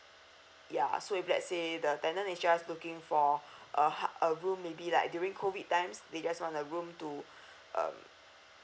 yeah so if let's say the tenant is just looking for uh half a room maybe like during COVID times they just want a room to um